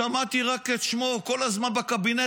שמעתי רק את שמו כל הזמן בקבינט.